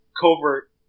covert